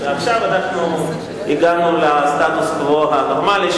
עכשיו הגענו לסטטוס-קוו הנורמלי,